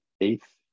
eighth